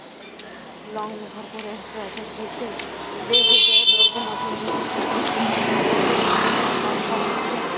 लौंग मे भरपूर एटी ऑक्सिडेंट होइ छै, जे हृदय रोग, मधुमेह आ कैंसरक जोखिम कें कम करै छै